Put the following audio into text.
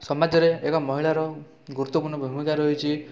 ସମାଜରେ ଏକ ମହିଳାର ଗୁରୁତ୍ୱପୂର୍ଣ୍ଣ ଭୁମିକା ରହିଛି